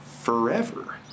forever